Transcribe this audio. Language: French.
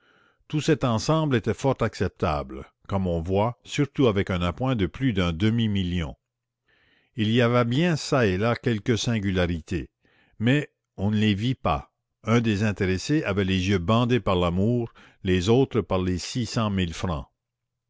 tout cet ensemble était fort acceptable comme on voit surtout avec un appoint de plus d'un demi-million il y avait bien çà et là quelques singularités mais on ne les vit pas un des intéressés avait les yeux bandés par l'amour les autres par les six cent mille francs